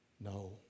no